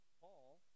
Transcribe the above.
Paul